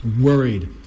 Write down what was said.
worried